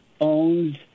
owns